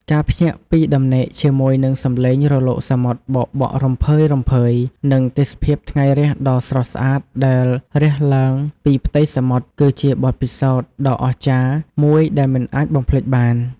ការភ្ញាក់ពីដំណេកជាមួយនឹងសំឡេងរលកសមុទ្របោកបក់រំភើយៗ និងទេសភាពថ្ងៃរះដ៏ស្រស់ស្អាតដែលរះឡើងពីផ្ទៃសមុទ្រ គឺជាបទពិសោធន៍ដ៏អស្ចារ្យមួយដែលមិនអាចបំភ្លេចបាន។